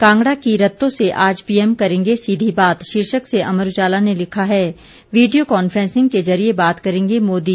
कांगड़ा की रतो से आज पीएम करेंगे सीधी बात शीर्षक से अमर उजाला ने लिखा है वीडियो कांफ्रेंसिंग के जरिये बात करेंगे मोदी